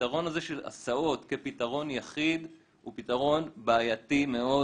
הפתרון הזה של הסעות כפתרון יחיד הוא פתרון בעייתי מאוד